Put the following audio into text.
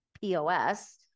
POS